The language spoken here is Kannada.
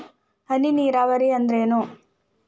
ಹನಿ ನೇರಾವರಿ ಅಂದ್ರ ಏನ್?